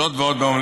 זאת ועוד,